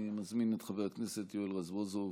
אני מזמין את חבר הכנסת יואל רזבוזוב,